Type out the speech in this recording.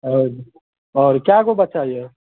आओर आओर कए गो बच्चा यए